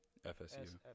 fsu